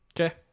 Okay